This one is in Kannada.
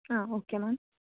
ಹಾಂ ಓಕೆ ಮ್ಯಾಮ್